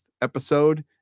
episode